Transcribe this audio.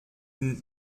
den